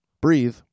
Breathe